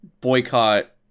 boycott